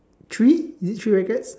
three is it three rackets